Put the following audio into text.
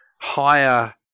higher